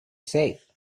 said